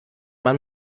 man